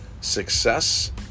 success